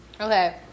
Okay